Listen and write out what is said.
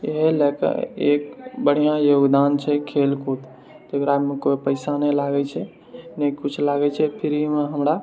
इएह लए कऽ एक बढ़िआँ योगदान छै खेल कूदके एकरामे कोइ पैसा नहि लागै छै ने कुछ लागै छै फ्रीमे हमरा